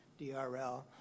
DRL